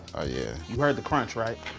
oh yeah. you heard the crunch, right?